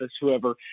whoever